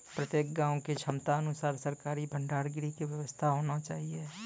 प्रत्येक गाँव के क्षमता अनुसार सरकारी भंडार गृह के व्यवस्था होना चाहिए?